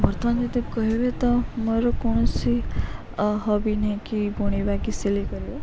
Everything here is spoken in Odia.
ବର୍ତ୍ତମାନ ଯଦି କହିବେ ତ ମୋର କୌଣସି ହବି ନାହିଁ କି ବୁଣିବା କି ସିଲେଇ କରିବା